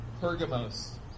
Pergamos